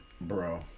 bro